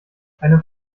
einem